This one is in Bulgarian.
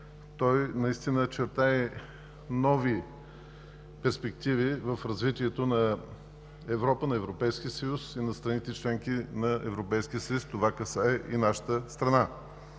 Той наистина чертае нови перспективи в развитието на Европа, на Европейския съюз и на страните – членки на Европейския съюз. Това касае и нашата страна.